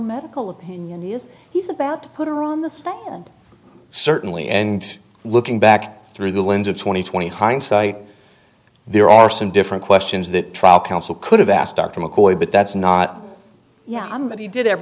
medical opinion is he's about to put her on the stand certainly and looking back through the lens of twenty twenty hindsight there are some different questions that trial counsel could have asked dr mccoy but that's not yeah but he did